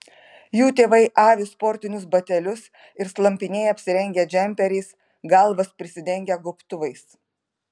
jų tėvai avi sportinius batelius ir slampinėja apsirengę džemperiais galvas prisidengę gobtuvais